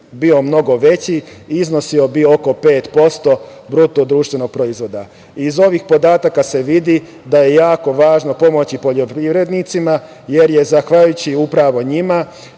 bio mnogo veći, iznosio bi oko 5% BDP-a. Iz ovih podataka se vidi da je jako važno pomoći poljoprivrednicima, jer je zahvaljujući upravo njima